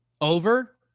Over